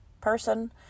person